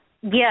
yes